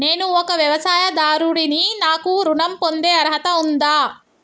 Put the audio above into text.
నేను ఒక వ్యవసాయదారుడిని నాకు ఋణం పొందే అర్హత ఉందా?